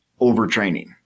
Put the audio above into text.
overtraining